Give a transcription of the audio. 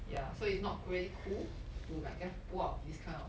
ya so it's not really cool to like just pull out this kind of